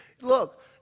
Look